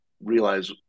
realize